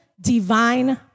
Divine